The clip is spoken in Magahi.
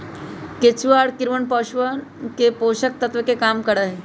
केचुआ और कीड़वन पौधवन ला पोषक तत्व के काम करा हई